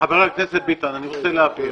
חבר הכנסת ביטן, אני רוצה להבין.